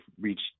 reached